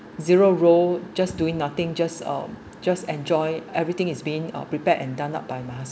zero role just doing nothing just uh just enjoy everything is being uh prepared and done up by my